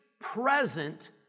present